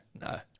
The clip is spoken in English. no